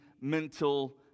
mental